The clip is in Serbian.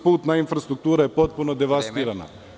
Putna infrastruktura je potpuno devastirana.